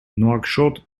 нуакшот